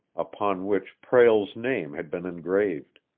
upon which prale's name had been engraved.